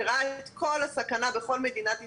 שראה את כל הסכנה בכל מדינת ישראל,